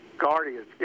Guardians